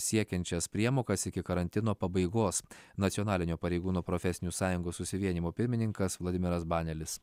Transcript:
siekiančias priemokas iki karantino pabaigos nacionalinio pareigūnų profesinių sąjungų susivienijimo pirmininkas vladimiras banelis